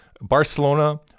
Barcelona